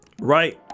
Right